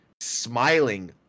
smiling